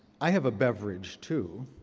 i have a beverage too.